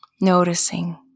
noticing